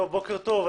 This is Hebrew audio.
בוקר טוב.